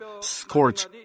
scorch